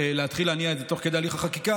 להתחיל להניע את זה תוך כדי הליך החקיקה,